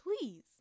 please